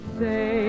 say